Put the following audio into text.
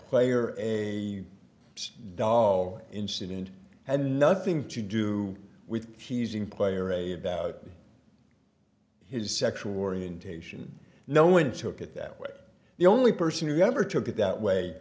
player a dolphin incident had nothing to do with teasing player a about his sexual orientation no one took it that the only person who ever took it that way